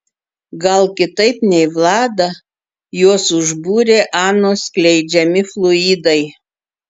gal kitaip nei vladą juos užbūrė anos skleidžiami fluidai